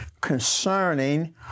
concerning